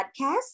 Podcast